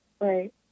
Right